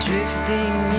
Drifting